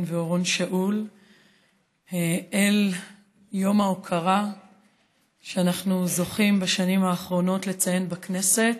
ואורון שאול אל יום ההוקרה שאנחנו זוכים בשנים האחרונות לציין בכנסת,